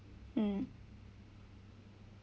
mm